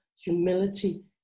humility